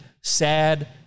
sad